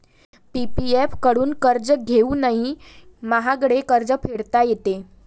PPF कडून कर्ज घेऊनही महागडे कर्ज फेडता येते